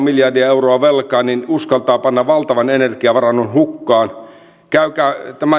miljardia euroa velkaa uskaltaa panna valtavan energiavarannon hukkaan